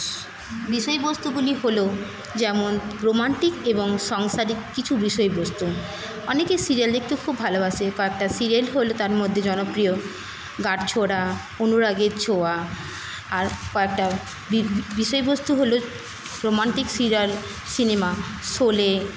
বিষয়বস্তুগুলি হলো যেমন রোমান্টিক এবং সংসারিক কিছু বিষয়বস্তু অনেকে সিরিয়াল দেখতে খুব ভালোবাসে কয়েকটা সিরিয়াল হলো তার মধ্যে জনপ্রিয় গাঁটছড়া অনুরাগের ছোঁয়া আর কয়েকটা বিষয়বস্তু হলো রোমান্টিক সিরিয়াল সিনেমা সোলে